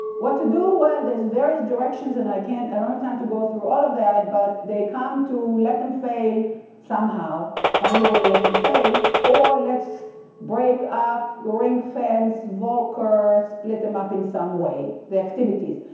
what to do? well there's various directions and i don't have and um time to go through all of that, but they come to let them fail somehow, find a way to let them fail or let's break up green fence, volker, split them up in some way, the activities.